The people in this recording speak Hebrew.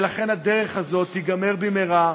ולכן הדרך הזאת תיגמר במהרה,